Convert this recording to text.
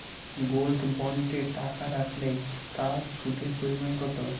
Gold বন্ডে টাকা রাখলে তা সুদের পরিমাণ কত?